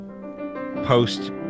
post